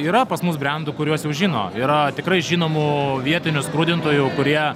yra pas mus brendų kuriuos jau žino yra tikrai žinomų vietinių skrudintojų kurie